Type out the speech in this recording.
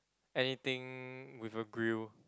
anything with a grill